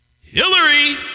Hillary